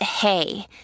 hey